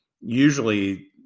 usually